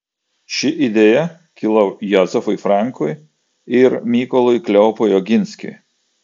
ši idėja kilo jozefui frankui ir mykolui kleopui oginskiui